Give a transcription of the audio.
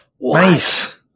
Nice